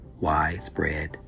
widespread